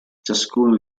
ciascuno